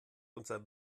unser